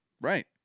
Right